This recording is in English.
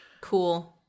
Cool